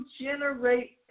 generate